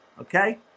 Okay